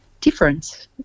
different